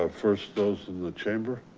ah first those in the chamber.